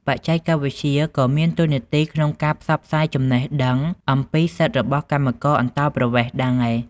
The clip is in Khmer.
បច្ចេកវិទ្យាក៏មានតួនាទីក្នុងការផ្សព្វផ្សាយចំណេះដឹងអំពីសិទ្ធិរបស់កម្មករអន្តោប្រវេសន៍ដែរ។